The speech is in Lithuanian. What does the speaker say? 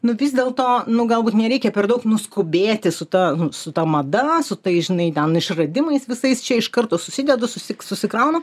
nu vis dėl to nu galbūt nereikia per daug nuskubėti su ta su ta mada su tais žinai ten išradimais visais čia iš karto susidedu susyk susikraunu